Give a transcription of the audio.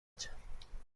بچم